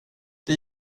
det